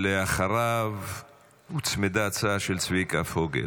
אחריו הוצמדה הצעה של צביקה פוגל,